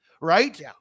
right